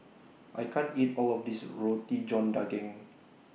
I can't eat All of This Roti John Daging